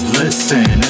listen